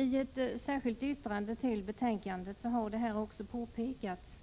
I ett särskilt yttrande till betänkandet har det också påpekats.